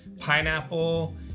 pineapple